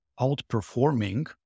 outperforming